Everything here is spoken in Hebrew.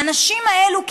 האנשים האלה,